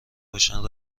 باشد